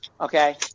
Okay